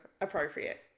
appropriate